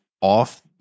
off